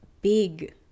big